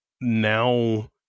now